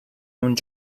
uns